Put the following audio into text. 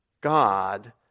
God